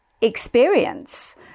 experience